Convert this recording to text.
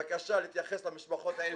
בבקשה להתייחס למשפחות האלה,